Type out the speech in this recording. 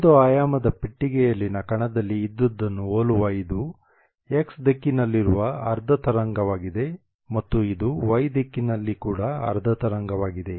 ಒಂದು ಆಯಾಮದ ಪೆಟ್ಟಿಗೆಯಲ್ಲಿನ ಕಣದಲ್ಲಿ ಇದ್ದದ್ದನ್ನು ಹೋಲುವ ಇದು x ದಿಕ್ಕಿನಲ್ಲಿರುವ ಅರ್ಧ ತರಂಗವಾಗಿದೆ ಮತ್ತು ಇದು y ದಿಕ್ಕಿನಲ್ಲಿ ಕೂಡ ಅರ್ಧ ತರಂಗವಾಗಿದೆ